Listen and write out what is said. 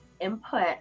input